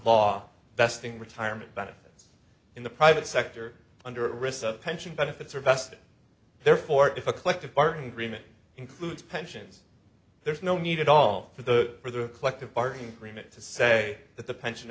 vesting retirement benefits in the private sector under at risk of pension benefits or vested therefore if a collective bargaining agreement includes pensions there's no need at all for the collective bargaining agreement to say that the pension